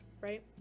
right